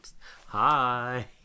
Hi